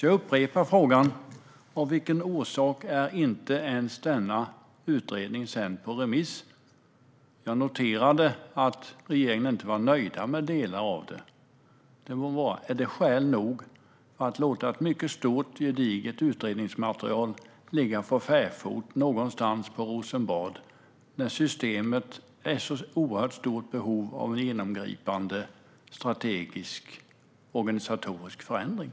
Jag upprepar därför frågan: Av vilken orsak är denna utredning inte ens sänd på remiss? Jag noterade att regeringen inte var nöjd med delar av den. Är det skäl nog att låta ett mycket stort, gediget utredningsmaterial ligga för fäfot någonstans på Rosenbad när systemet är i ett så oerhört stort behov av en genomgripande, strategisk och organisatorisk förändring?